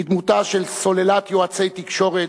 בדמותה של סוללת יועצי תקשורת,